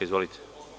Izvolite.